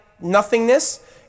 nothingness